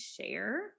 share